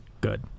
good